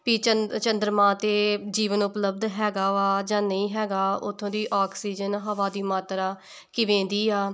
ਚੰਦਰਮਾ 'ਤੇ ਜੀਵਨ ਉਪਲਬਧ ਹੈਗਾ ਵਾ ਜਾਂ ਨਹੀਂ ਹੈਗਾ ਉਥੋਂ ਦੀ ਆਕਸੀਜਨ ਹਵਾ ਦੀ ਮਾਤਰਾ ਕਿਵੇਂ ਦੀ ਆ